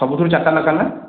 ସବୁଥିରୁ ଚାରିଟା ଲେଖା ନା